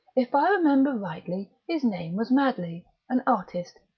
if i remember rightly, his name was madley an artist.